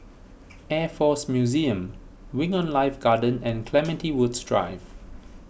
Air force Museum Wing on Life Garden and Clementi Woods Drive